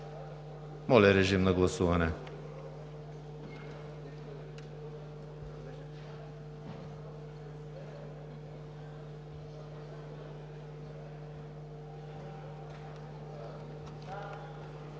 Моля, режим на гласуване